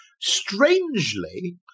strangely